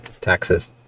Taxes